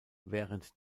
während